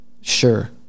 sure